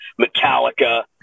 Metallica